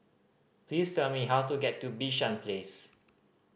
please tell me how to get to Bishan Place